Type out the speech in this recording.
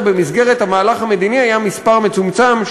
במסגרת המהלך המדיני היה מספר מצומצם,